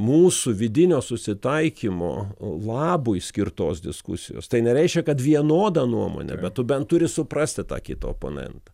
mūsų vidinio susitaikymo labui skirtos diskusijos tai nereiškia kad vienoda nuomonė bet tu bent turi suprasti tą kitą oponentą